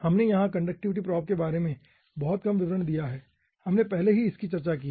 हमने यहाँ conductivity probe के बारे में बहुत कम विवरण दिया है हमने पहले ही इसकी चर्चा की है